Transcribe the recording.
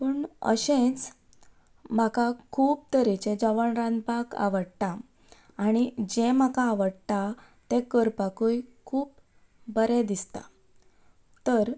पूण अशेंच म्हाका खूब तरेचें जेवण रांदपाक आवडटा आनी जे म्हाका आवडटा तें करपाकूय खूब बरें दिसता तर